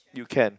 you can